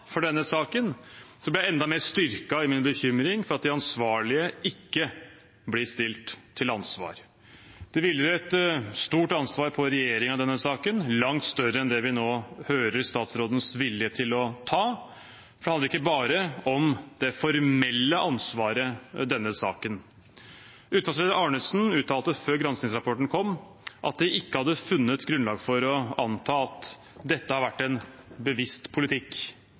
min bekymring for at de ansvarlige ikke blir stilt til ansvar. Det hviler et stort ansvar på regjeringen i denne saken, langt større enn det vi nå hører statsrådens har vilje til å ta. Det handler ikke bare om det formelle ansvaret i denne saken. Utvalgsleder Arnesen uttalte før granskingsrapporten kom, at de ikke hadde funnet grunnlag for å anta at dette har vært en bevisst politikk.